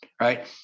right